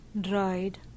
dried